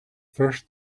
first